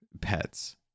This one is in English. pets